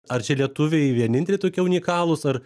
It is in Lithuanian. ar čia lietuviai vieninteliai tokie unikalūs ar